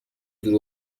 دور